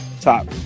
top